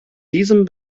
diesem